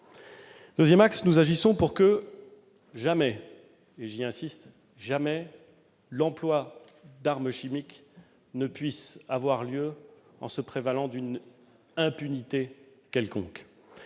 outre, nous agissons pour que jamais- j'y insiste : jamais -l'emploi d'armes chimiques ne puisse avoir lieu en se prévalant d'une impunité quelconque.